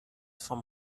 vom